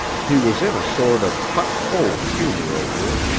he was in a sort of hot-cold humor over it,